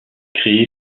créé